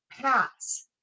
pass